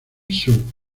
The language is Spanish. sub